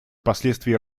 последствий